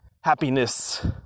happiness